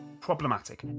problematic